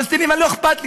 לא אכפת לי,